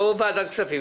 לא ועדת כספים,